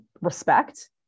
respect